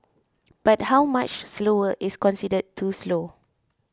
but how much slower is considered too slow